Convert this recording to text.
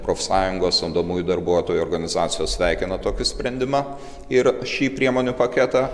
profsąjungos samdomųjų darbuotojų organizacijos sveikina tokį sprendimą ir šį priemonių paketą